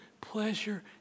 pleasure